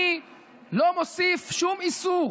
אני לא מוסיף שום איסור,